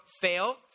fail –